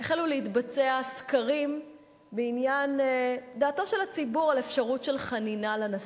החלו להתבצע סקרים בעניין דעתו של הציבור על אפשרות של חנינה לנשיא.